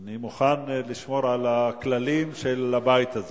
אני מוכן לשמור על הכללים של הבית הזה.